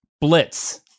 Blitz